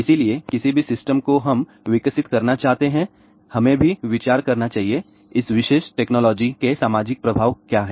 इसलिए किसी भी सिस्टम को हम विकसित करना चाहते हैं हमें भी विचार करना चाहिए इस विशेष टेक्नोलॉजी के सामाजिक प्रभाव क्या हैं